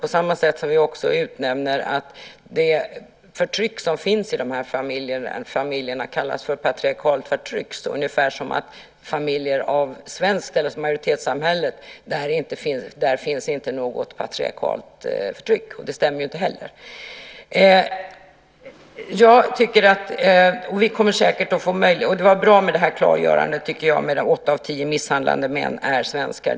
På samma sätt säger vi också att det förtryck som finns i de här familjerna kallas för patriarkalt förtryck, ungefär som om det i familjer i majoritetssamhället inte finns något patriarkalt förtryck, och det stämmer ju inte heller. Det var bra med klargörandet av att åtta av tio misshandlande män är svenskar.